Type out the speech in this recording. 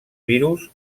virus